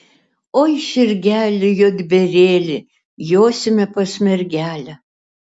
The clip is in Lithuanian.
oi žirgeli juodbėrėli josime pas mergelę